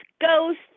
ghosts